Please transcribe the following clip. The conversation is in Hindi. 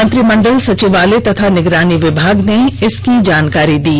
मंत्रिमंडल सचिवालय एवं निगरानी विभाग ने इसकी जानकारी दी